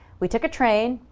we took a train,